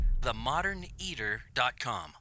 themoderneater.com